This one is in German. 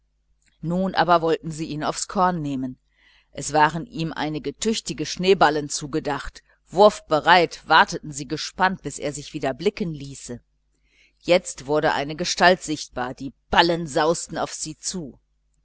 nun aber wollten sie ihn aufs korn nehmen es waren ihm einige tüchtige schneeballen zugedacht wurfbereit warteten sie gespannt bis er sich wieder blicken ließe jetzt wurde eine gestalt sichtbar die ballen sausten auf sie zu